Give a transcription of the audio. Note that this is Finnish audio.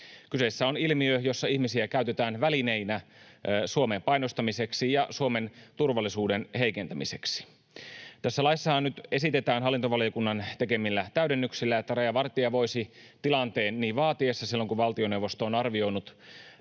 Kyseessä on ilmiö, jossa ihmisiä käytetään välineinä Suomen painostamiseksi ja Suomen turvallisuuden heikentämiseksi. Tässä laissahan nyt esitetään hallintovaliokunnan tekemillä täydennyksillä, että rajavartija voisi tilanteen niin vaatiessa — silloin, kun valtioneuvosto on arvioinut